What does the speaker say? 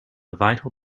vital